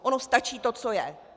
Ono stačí to, co je.